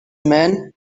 man